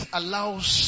allows